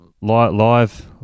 Live